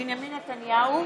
בנימין נתניהו,